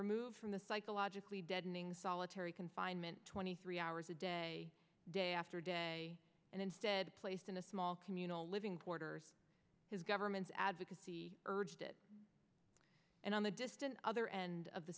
removed from the psychologically deadening solitary confinement twenty three hours a day day after day and instead placed in a small communal living quarters his government's advocacy urged it and on the distant other end of the